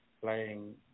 playing